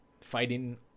fighting